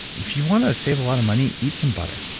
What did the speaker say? if you want to save a lot of money, eat some butter.